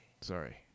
Sorry